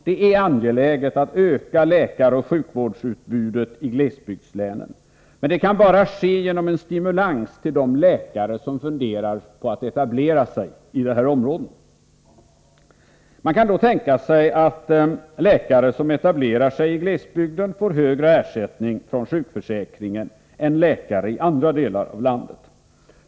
Det är angeläget att öka läkaroch sjukvårdsutbudet i glesbygdslänen, men det kan bara ske genom en stimulans till läkare som funderar på att etablera sig i dessa områden. Man kan då tänka sig att läkare som etablerar sig i glesbygder får högre ersättning från sjukförsäkringen än läkare i andra delar av landet.